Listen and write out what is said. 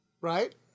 right